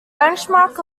benchmark